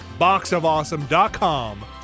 boxofawesome.com